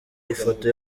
ifoto